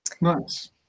Nice